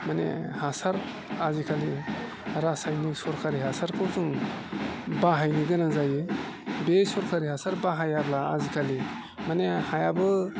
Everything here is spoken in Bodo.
माने हासार आजिकालि रासायनिक सोरकारि हासारखौ जों बाहायनोगोनां जायो बे सरकारि हासार बाहायाब्ला आजिकालि माने हायाबो